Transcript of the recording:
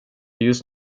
just